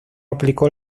aplicó